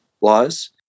laws